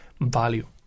value